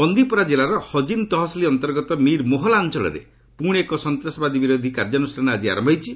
ବନ୍ଦିପୋରା ଜିଲ୍ଲାର ହଜ୍ନି ତହସିଲ୍ ଅନ୍ତର୍ଗତ ମୀର ମୋହଲା ଅଞ୍ଚଳରେ ପୁଣି ଏକ ସନ୍ତାସବାଦୀ ବିରୋଧୀ କାର୍ଯ୍ୟାନୁଷ୍ଠାନ ଆଜି ଆରମ୍ଭ ହୋଇଛି